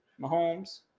Mahomes